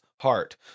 heart